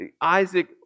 Isaac